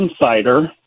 insider